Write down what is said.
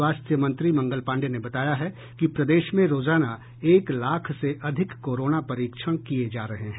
स्वास्थ्य मंत्री मंगल पाण्डेय ने बताया है कि प्रदेश में रोजाना एक लाख से अधिक कोरोना परीक्षण किये जा रहे हैं